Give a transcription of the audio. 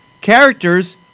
characters